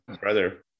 brother